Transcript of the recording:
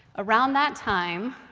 around that time,